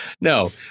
No